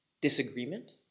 disagreement